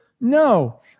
No